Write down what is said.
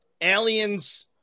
aliens